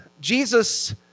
Jesus